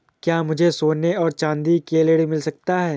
क्या मुझे सोने और चाँदी के लिए ऋण मिल सकता है?